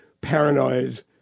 paranoid